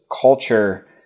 culture